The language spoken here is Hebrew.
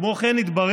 כמו כן התברר,